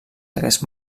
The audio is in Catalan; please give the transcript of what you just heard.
hagués